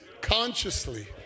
consciously